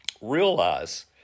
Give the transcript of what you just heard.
realize